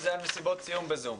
אלה מסיבות הסיום ב-זום.